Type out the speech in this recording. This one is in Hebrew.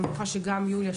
ואני מניחה שגם יוליה,